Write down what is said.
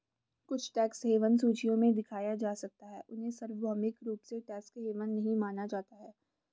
कुछ tax haven सूचियों में दिखाया जा सकता है, उन्हें सार्वभौमिक रूप से टैक्स हेवन नहीं माना जाता है